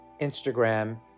Instagram